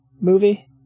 movie